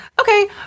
Okay